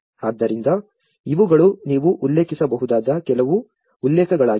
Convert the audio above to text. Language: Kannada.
ಆದ್ದರಿಂದ ಇವುಗಳು ನೀವು ಉಲ್ಲೇಖಿಸಬಹುದಾದ ಕೆಲವು ಉಲ್ಲೇಖಗಳಾಗಿವೆ